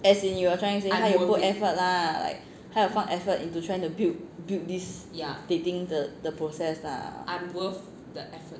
as in you are trying to say 他有 put effort lah like 他有放 effort into trying to build build this dating 的的 process lah